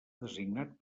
designat